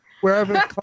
wherever